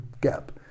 gap